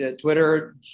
Twitter